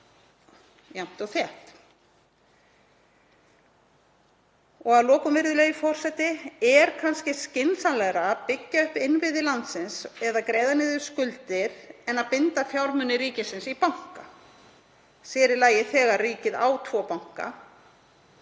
og þétt. Að lokum, virðulegi forseti: Er kannski skynsamlegra að byggja upp innviði landsins eða greiða niður skuldir en að binda fjármuni ríkisins í banka, sér í lagi þegar ríkið á tvo banka?